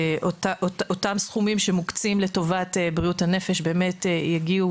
ושאותם סכומים שמוקצים לטובת בריאות הנפש יגיעו